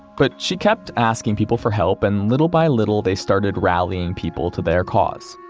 but she kept asking people for help, and little by little, they started rallying people to their cause.